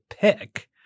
pick